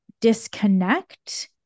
disconnect